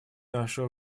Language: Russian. нашего